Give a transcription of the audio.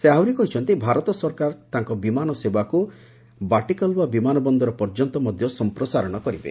ସେହି ଆହୁରି କହିଛନ୍ତି ଭାରତ ସରକାର ତାଙ୍କର ବିମାନ ସେବାକୁ ବାଟିକାଲୱା ବିମାନ ବନ୍ଦର ପର୍ଯ୍ୟନ୍ତ ମଧ୍ୟ ସମ୍ପ୍ରସାରଣ କରିବେ